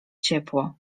ciepło